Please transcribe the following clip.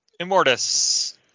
immortus